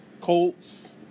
Colts